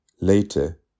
Later